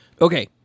Okay